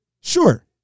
Sure